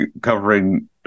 covering